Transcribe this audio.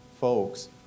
folks